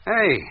Hey